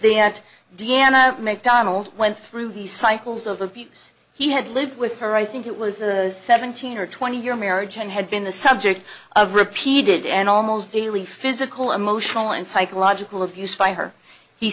there at deanna make donald went through these cycles of abuse he had lived with her i think it was a seventeen or twenty year marriage and had been the subject of repeated and almost daily physical emotional and psychological abuse by her he